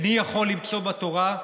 איני יכול למצוא בתורה,